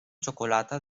xocolata